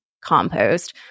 compost